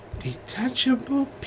Detachable